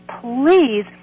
please